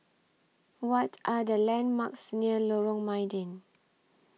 What Are The landmarks near Lorong Mydin